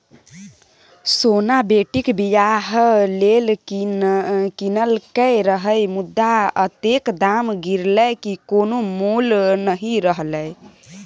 सोना बेटीक बियाह लेल कीनलकै रहय मुदा अतेक दाम गिरलै कि कोनो मोल नहि रहलै